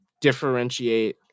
differentiate